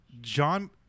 John